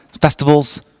festivals